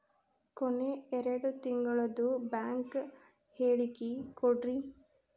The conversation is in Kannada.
ಕೊನೆ ಎರಡು ತಿಂಗಳದು ಬ್ಯಾಂಕ್ ಹೇಳಕಿ ಕೊಡ್ರಿ